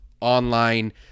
online